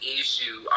issue